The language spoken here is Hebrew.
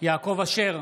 יעקב אשר,